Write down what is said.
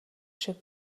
шиг